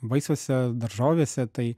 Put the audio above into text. vaisiuose daržovėse tai